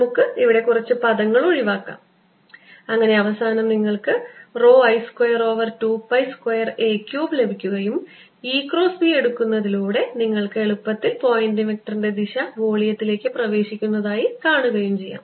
നമുക്ക് കുറച്ച് പദങ്ങൾ ഒഴിവാക്കാം അങ്ങനെ അവസാനം നിങ്ങൾക്ക് rho I square over 2 pi square a cube ലഭിക്കുകയും E ക്രോസ് B എടുക്കുന്നതിലൂടെ നിങ്ങൾക്ക് എളുപ്പത്തിൽ പോയിന്റിംഗ് വെക്റ്ററിന്റെ ദിശ വോളിയത്തിലേക്ക് പ്രവേശിക്കുന്നതായി കാണുകയും ചെയ്യാം